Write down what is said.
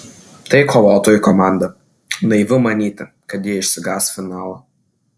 tai kovotojų komanda naivu manyti kad jie išsigąs finalo